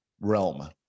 realm